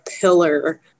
pillar